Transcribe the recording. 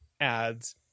ads